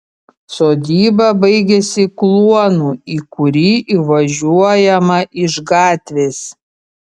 sodyba baigiasi kluonu į kurį įvažiuojama iš gatvės